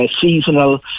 seasonal